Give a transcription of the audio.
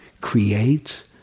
creates